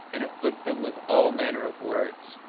and afflict them with all manner of words,